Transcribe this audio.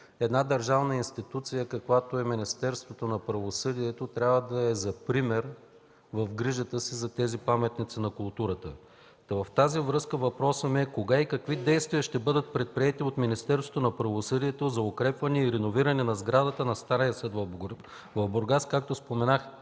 че държавна институция, каквато е Министерството на правосъдието, трябва да е за пример в грижата си за тези паметници на културата. Във връзка с това въпросът ми е кога и какви действия ще бъдат предприети от Министерството на правосъдието за укрепване и реновиране на сградата на стария съд в Бургас, която, както споменах,